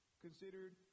considered